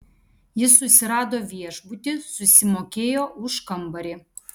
jis susirado viešbutį susimokėjo už kambarį